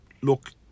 look